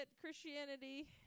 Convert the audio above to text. Christianity